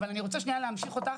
אבל אני רוצה שניה להמשיך אותך,